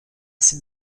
site